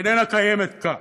שאיננה קיימת כאן.